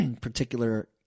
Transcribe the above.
particular